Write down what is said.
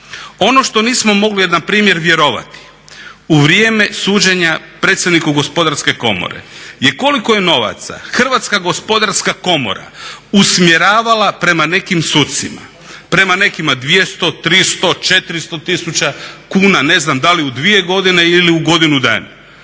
Ono što nismo mogli, na primjer vjerovati u vrijeme suđenja predsjedniku Gospodarske komore je koliko je novaca Hrvatska gospodarska komora usmjeravala prema nekim sucima. Prema nekima 200, 300, 400 tisuća kuna. Ne znam da li u dvije godine ili u godinu dana.